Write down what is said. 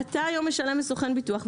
אתה היום משלם לסוכן ביטוח,